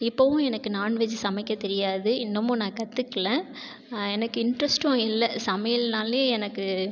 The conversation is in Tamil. இப்பவும் எனக்கு நான்வெஜ் சமைக்க தெரியாது இன்னமும் நான் கத்துக்கில எனக்கு இண்ட்ரெஸ்ட்டும் இல்லை சமையல்னாலே எனக்கு